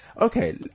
Okay